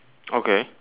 okay